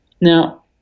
Now